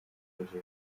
kajejwe